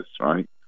right